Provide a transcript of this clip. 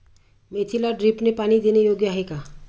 मेथीला ड्रिपने पाणी देणे योग्य आहे का?